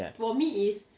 ya